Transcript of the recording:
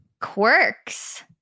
Quirks